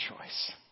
choice